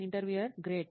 interviewer great